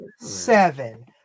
seven